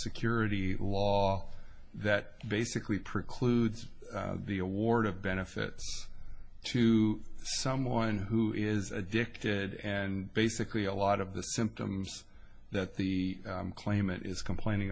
security law that basically precludes the award of benefits to someone who is addicted and basically a lot of the symptoms that the claimant is complaining